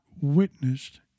witnessed